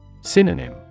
Synonym